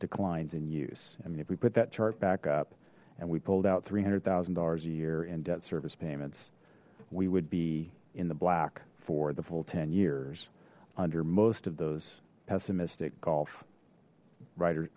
declines in use i mean if we put that chart back up and we pulled out three hundred thousand dollars a year in debt service payments we would be in the black for the full ten years under most of those pessimistic golf writers